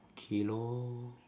okay lor